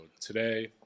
today